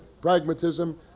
pragmatism